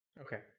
okay